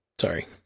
Sorry